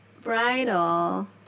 Bridal